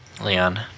Leon